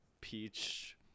peach